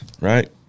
right